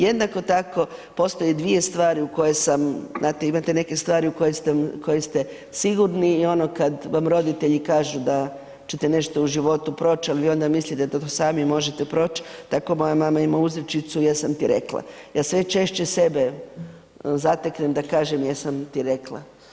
Jednako tako postoje dvije stvari u koje sam, znate imate neke stvari u koje ste sigurni i ono kad vam roditelji kažu da će te nešto u životu proć', al' vi onda mislite da to sami možete proć', tako moja mama ima uzrečicu jesam ti rekla, ja sve češće sebe zateknem da kažem jesam ti rekla.